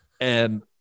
And-